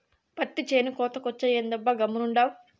పత్తి చేను కోతకొచ్చే, ఏందబ్బా గమ్మునుండావు